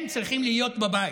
הם צריכים להיות בבית.